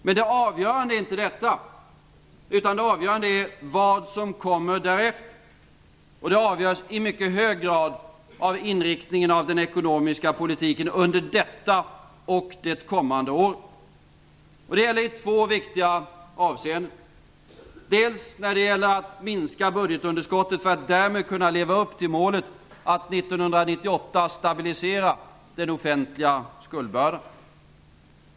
Men det avgörande är inte detta, utan det avgörande är vad som kommer därefter, och det avgörs i mycket hög grad av inriktningen av den ekonomiska politiken under detta och det kommande året. Det gäller i två viktiga avseenden. Det gäller att minska budgetunderskottet för att därmed kunna leva upp till målet att 1998 stabilisera den offentliga skuldbördan.